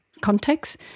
context